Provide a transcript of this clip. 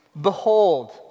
Behold